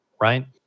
right